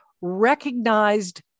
recognized